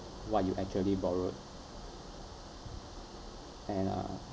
what you actually borrowed and uh